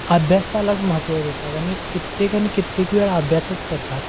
अभ्यासालाच महत्त्व देतात आणि कित्येक आणि कित्येक वेळ अभ्यासच करतात